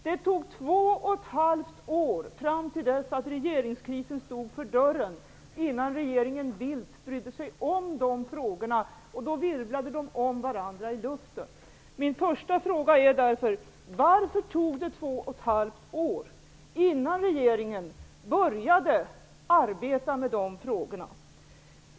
Det tog två och ett halvt år, fram till dess att regeringskrisen stod för dörren, innan regeringen Bildt brydde sig om de frågorna, och då virvlade de om varandra i luften. Varför tog det två och ett halvt år innan regeringen började arbeta med de frågorna?